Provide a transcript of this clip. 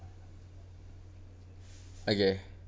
okay